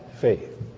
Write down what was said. faith